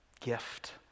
gift